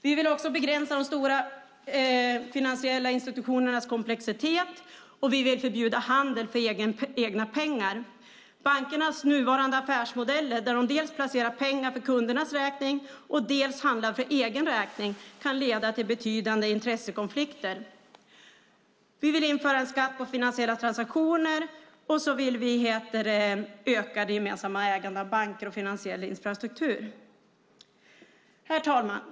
Vi vill också begränsa de stora finansiella institutionernas komplexitet, och vi vill förbjuda handel för egna pengar. Bankernas nuvarande affärsmodeller där de dels placerar pengar för kundernas räkning, dels handlar för egen räkning kan leda till betydande intressekonflikter. Vi vill införa en skatt på finansiella transaktioner, och vi vill öka det gemensamma ägandet av banker och finansiell infrastruktur. Herr talman!